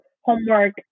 homework